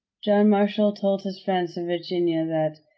john marshall told his friends in virginia that,